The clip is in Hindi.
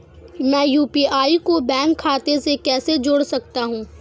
मैं यू.पी.आई को बैंक खाते से कैसे जोड़ सकता हूँ?